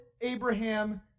Abraham